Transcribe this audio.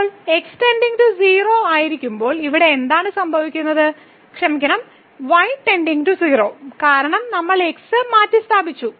ഇപ്പോൾ x → 0 ആയിരിക്കുമ്പോൾ ഇവിടെ എന്താണ് സംഭവിക്കുന്നത് ക്ഷമിക്കണം y → 0 കാരണം നമ്മൾ x മാറ്റിസ്ഥാപിച്ചു